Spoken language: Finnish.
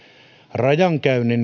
rajankäynnin